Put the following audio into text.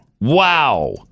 Wow